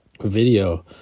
video